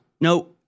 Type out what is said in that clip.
No